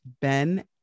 ben